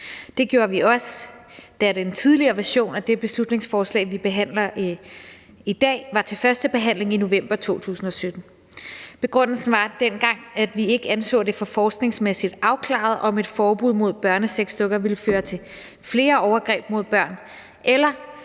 Det gjorde vi også, da den tidligere version af det beslutningsforslag, vi behandler i dag, var til førstebehandling i november 2017. Begrundelsen var dengang, at vi ikke anså det for forskningsmæssigt afklaret, om et forbud mod børnesexdukker ville føre til flere overgreb mod børn, eller